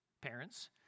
parents